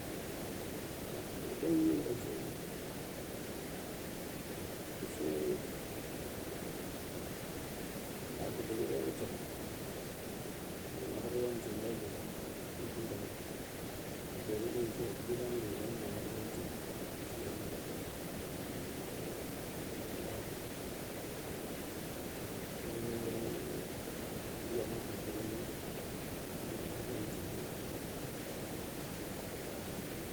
Á ngëënde ngëëmëënţ ací ucí ŋal këënde këënde ngëënţëb amëëñáawáaţ bá mëëntum rek, mëëntum káañáal. Kunde uliyëk wun, bëënjëlan uliyëk amëëñáwáaţ bá mëëntum, mëëntum káañáal. këkáakaa ndee uyámaţ unjon wí mëëñáawáaţ bá mëëntum mëëñáal.